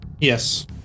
Yes